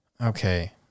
okay